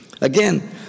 Again